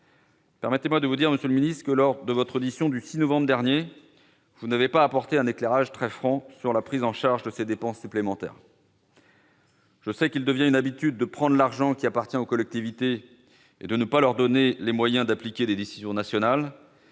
Permettez-moi de vous dire que, lors de votre audition du 6 novembre dernier, vous n'avez pas apporté un éclairage très franc sur la prise en charge de ces dépenses supplémentaires. Je sais qu'il devient une habitude de prendre l'argent qui appartient aux collectivités et de ne pas leur donner les moyens d'appliquer les décisions nationales.